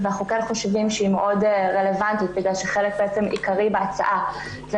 אנחנו כן חושבים שהיא מאוד רלוונטית מאחר וחלק עיקרי בהצעה הוא